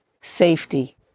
safety